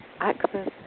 access